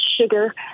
sugar